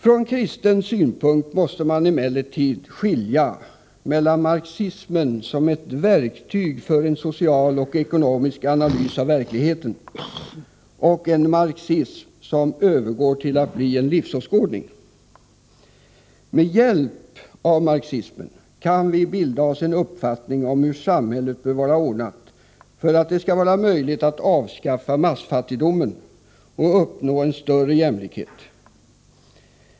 Från kristen synpunkt måste man emellertid skilja mellan marxismen som verktyg för en social och ekonomisk analys av verkligheten och en marxism som övergår till att bli en livsåskådning. Med hjälp av marxismen kan vi bilda oss en uppfattning om hur samhället bör vara ordnat för att det skall vara möjligt att avskaffa massfattigdomen och uppnå en större jämlikhet.